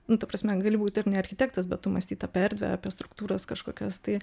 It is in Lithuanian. nu ta prasme gali būt ir ne architektas bet tu mąstyt apie erdvę apie struktūras kažkokias tai